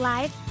Live